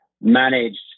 managed